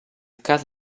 casa